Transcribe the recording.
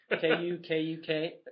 K-U-K-U-K